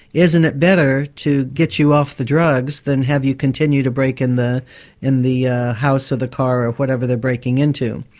isn't it better to get you off the drugs than have you continue to break in the in the house or the car, or whatever they're breaking into?